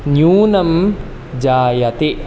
न्यूनं जायते